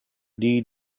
dee